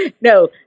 no